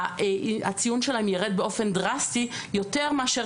הציון שלהם יירד באופן דרסטי יותר מאשר